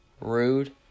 rude